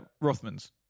Rothman's